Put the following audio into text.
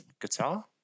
Guitar